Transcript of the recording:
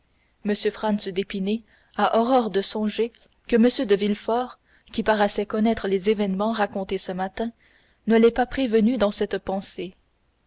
m franz d'épinay a horreur de songer que m de villefort qui paraissait connaître les événements racontés ce matin ne l'ait pas prévenu dans cette pensée